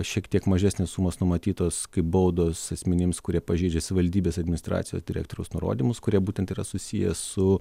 šiek tiek mažesnės sumos numatytos kaip baudos asmenims kurie pažeidžia savivaldybės administracijos direktoriaus nurodymus kurie būtent yra susiję su